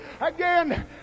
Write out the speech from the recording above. Again